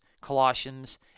Colossians